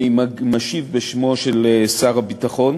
אני משיב בשמו של שר הביטחון